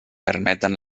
permeten